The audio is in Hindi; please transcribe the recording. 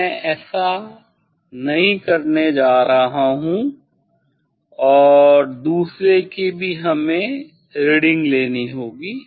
मैं ऐसा नहीं करने जा रहा हूं और दूसरे की भी हमें रीडिंग लेनी होगी